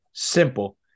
Simple